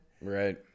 Right